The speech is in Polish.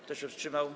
Kto się wstrzymał?